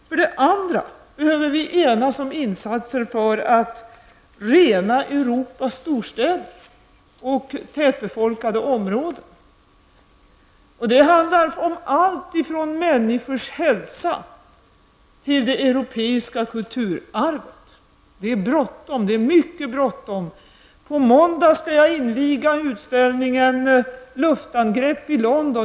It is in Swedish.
För det andra behöver vi enas om insatser för att rena Europas storstäder och tättbefolkade områden. Det handlar om allt ifrån människors hälsa till det europeiska kulturarvet. Det är mycket bråttom. På måndag skall jag inviga en utställning i London om luftangrepp.